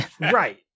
Right